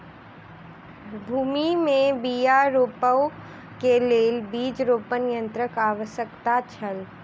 भूमि में बीया रोपअ के लेल बीज रोपण यन्त्रक आवश्यकता छल